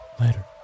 Later